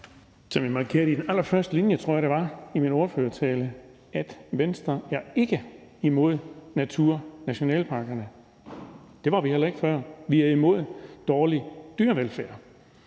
Som jeg markerede i den allerførste linje i min ordførertale, tror jeg det var, er Venstre ikke imod naturnationalparkerne. Det var vi heller ikke før. Vi er imod dårlig dyrevelfærd.